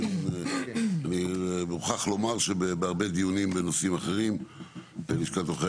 אני מוכרח לומר שבהרבה דיונים בנושאים אחרים לשכת עורכי